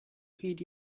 heed